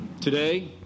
Today